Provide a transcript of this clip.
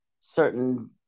certain